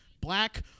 Black